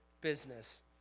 business